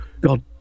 God